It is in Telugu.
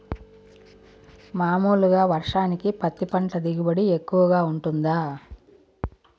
మామూలుగా వర్షానికి పత్తి పంట దిగుబడి ఎక్కువగా గా వుంటుందా?